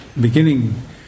beginning